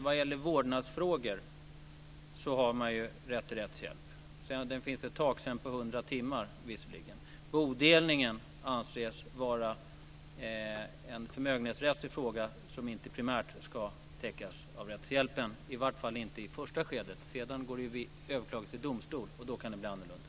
Vad gäller vårdnadsfrågor har man rätt till rättshjälp - det finns visserligen ett tak på 100 timmar. Bodelningen anses vara en förmögenhetsrättslig fråga, som inte primärt ska täckas av rättshjälpen, i varje fall inte i första skedet. Sedan går det att överklaga till domstol, och då kan det bli annorlunda.